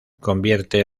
convierte